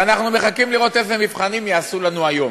ואנחנו מחכים לראות איזה מבחנים יעשו לנו היום,